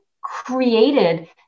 created